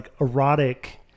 erotic